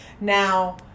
Now